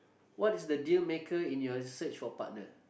what is the dealmaker in your search for partner